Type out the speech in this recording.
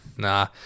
Nah